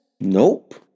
nope